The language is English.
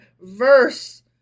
verse